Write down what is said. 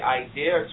idea